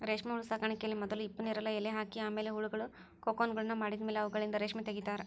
ರೇಷ್ಮೆಹುಳು ಸಾಕಾಣಿಕೆಯಲ್ಲಿ ಮೊದಲು ಹಿಪ್ಪುನೇರಲ ಎಲೆ ಹಾಕಿ ಆಮೇಲೆ ಹುಳಗಳು ಕೋಕುನ್ಗಳನ್ನ ಮಾಡಿದ್ಮೇಲೆ ಅವುಗಳಿಂದ ರೇಷ್ಮೆ ತಗಿತಾರ